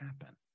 happen